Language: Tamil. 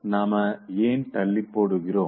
நாம் ஏன் தள்ளிபோடுகிறோம்